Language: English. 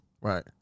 Right